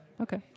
Okay